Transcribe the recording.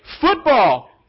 Football